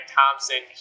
Thompson